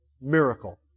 miracle